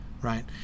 Right